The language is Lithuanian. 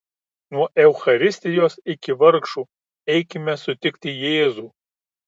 nuo eucharistijos iki vargšų eikime sutikti jėzų